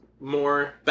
more